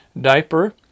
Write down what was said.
diaper